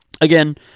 Again